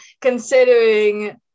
Considering